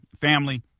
family